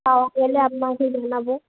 পাওয়া গেলে আপনাকে জানাব